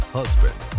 husband